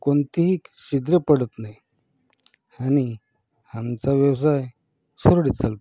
कोणतीही शिद्र पडत नाही आणि आमचा व्यवसाय सुरळीत चालतो